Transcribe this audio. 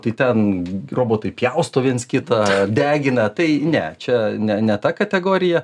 tai ten robotai pjausto viens kitą degina tai ne čia ne ne ta kategorija